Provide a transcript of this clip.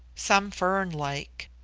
some fern-like.